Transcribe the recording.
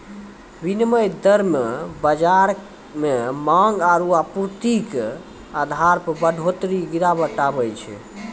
विनिमय दर मे बाजार मे मांग आरू आपूर्ति के आधार पर बढ़ोतरी गिरावट आवै छै